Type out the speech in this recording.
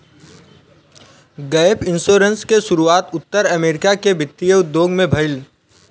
gap insurance के शुरुआत उत्तर अमेरिका के वित्तीय उद्योग में भईल